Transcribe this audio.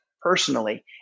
personally